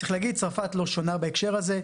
צריך להגיש שצרפת לא שונה בהקשר הזה.